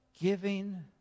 Giving